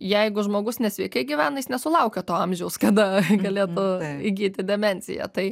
jeigu žmogus nesveikai gyvena jis nesulaukia to amžiaus kada galėtų įgyti demenciją tai